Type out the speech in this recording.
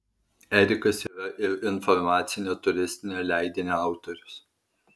erikas yra ir informacinio turistinio leidinio autorius